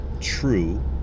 true